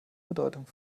bedeutung